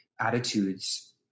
attitudes